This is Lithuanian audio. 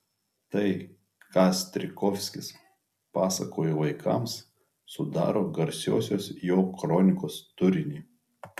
tai ką strijkovskis pasakojo vaikams sudaro garsiosios jo kronikos turinį